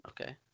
Okay